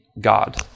God